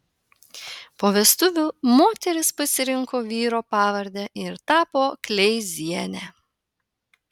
po vestuvių moteris pasirinko vyro pavardę ir tapo kleiziene